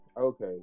Okay